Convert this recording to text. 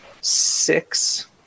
six